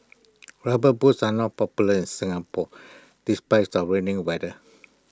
rubber boots are not popular in Singapore despite our rainy weather